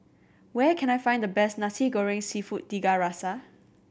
where can I find the best Nasi Goreng Seafood Tiga Rasa